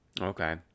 Okay